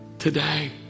Today